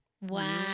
Wow